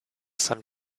some